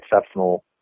exceptional